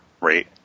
rate